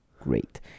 great